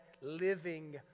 living